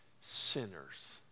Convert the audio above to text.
sinners